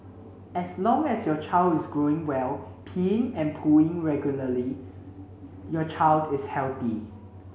as long as your child is growing well peeing and pooing regularly your child is healthy